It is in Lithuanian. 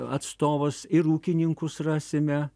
atstovus ir ūkininkus rasime